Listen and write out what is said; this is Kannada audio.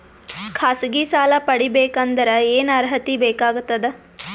ಖಾಸಗಿ ಸಾಲ ಪಡಿಬೇಕಂದರ ಏನ್ ಅರ್ಹತಿ ಬೇಕಾಗತದ?